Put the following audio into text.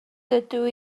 dydw